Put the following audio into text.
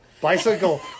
Bicycle